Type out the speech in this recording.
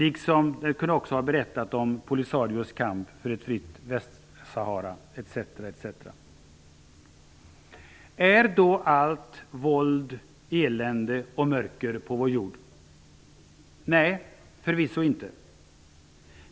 Den kunde också ha berättat om Polisarios kamp för ett fritt Västsahara, etc. Är då allt på vår jord våld, elände och mörker? Nej, förvisso inte!